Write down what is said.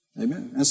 Amen